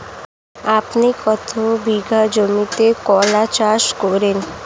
আপনি কত বিঘা জমিতে কলা চাষ করেন?